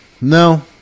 No